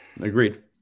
Agreed